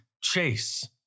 chase